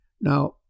now